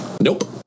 Nope